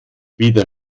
weder